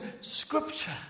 scripture